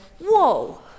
Whoa